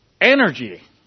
Energy